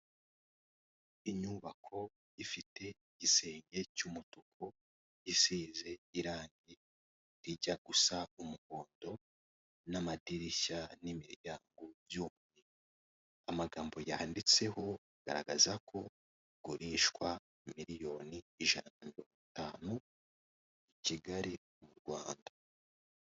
Inyubako ifite igisenge cy'umutuku isize irange rijya gusa umuhondo n'amadirishya n'imiryango byombi, amagambo yanditseho agaragaza ko igurishwa miliyoni ijana mirongo itanu i Kigali mu Rwanda.